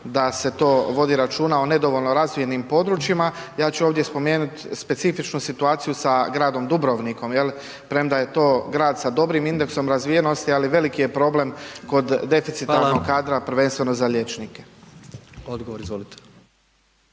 da se to vodi računa o nedovoljno razvijenim područjima, ja ću ovdje spomenuti specifičnu situaciju sa gradom Dubrovnikom. Premda je to grad sa dobrim indeksom razvijenosti ali veliki je problem kod deficitarnog kadra prvenstveno za liječnike.